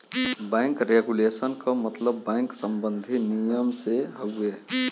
bank regulation क मतलब bank सम्बन्धी नियम से हउवे